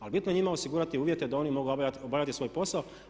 Ali bitno je njima osigurati uvjete da oni mogu obavljati svoj posao.